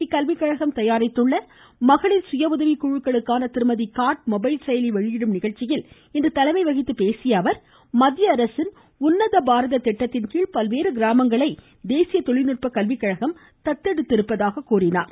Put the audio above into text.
இக்கல்வி கழகம் தயாரித்துள்ள மகளிர் சுய உதவி குழுக்களுக்கான திருமதிகார்ட் மொபைல் செயலி வெளியிடும் நிகழ்ச்சியில் இன்று தலைமை வகித்துப்பேசியஅவர் மத்தியஅரசின் உன்னத பாரத திட்டத்தின்கீழ் பல்வேறு கிராமங்களை தேசிய தொழில்நுட்ப கல்வி கழகம் தத்தெடுத்துள்ளதாக கூறினார்